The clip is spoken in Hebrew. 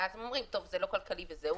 ואז אומרים 'טוב זה לא כלכלי' וזהו,